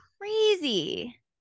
crazy